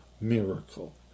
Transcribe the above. miracle